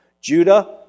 Judah